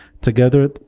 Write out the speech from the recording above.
together